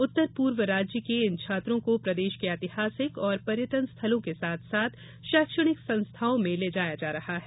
उत्तर पूर्व राज्य के इन छात्रों को प्रदेश के ऐतिहासिक व पर्यटन स्थलों के साथ साथ शैक्षणिक संस्थानों में ले जाया जा रहा है